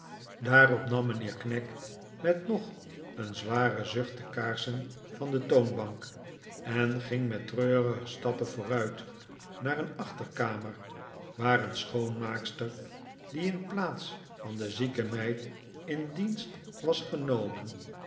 daarop nam mijnheer knag met nog een zwaren zucht de kaarsen van de toonbank en ging met treurige stappen vooruit naar een achterkamer waar een schoonmaakster die in plaats van de zieke meid in dienst was genomen